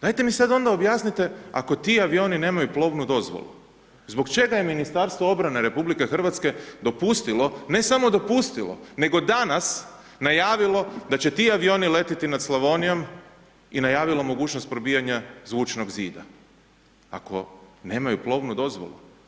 Dajte mi sada onda objasnite, ako ti avioni nemaju plovnu dozvolu zbog čega je Ministarstvo obrane RH, dopustilo, ne samo dopustilo, nego danas, najavilo da će ti avioni letjeti nad Slavonijom i najavilo mogućnost probijanja zvučnog zida, ako nemaju plovnu dozvolu.